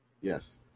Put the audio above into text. Yes